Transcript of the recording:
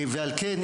ועל כן,